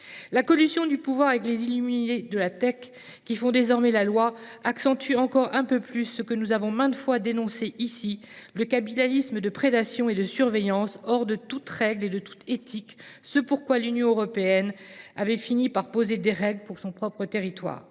La collusion du pouvoir avec les illuminés de la tech, qui font désormais la loi, accentue encore un peu plus ce que nous avons maintes fois dénoncé ici : ce capitalisme de prédation et de surveillance, hors de toute règle et de toute éthique, qui a poussé l’Union européenne à poser des règles pour son propre territoire.